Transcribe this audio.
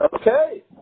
Okay